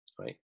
right